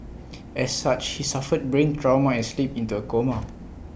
as such he suffered brain trauma and slipped into A coma